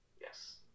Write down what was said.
Yes